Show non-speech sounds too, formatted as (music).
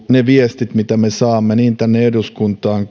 ne viestit mitä me saamme niin tänne eduskuntaan (unintelligible)